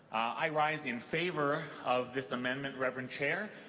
i rise in favor of this amendment reverend chair.